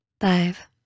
Five